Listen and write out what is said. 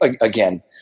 again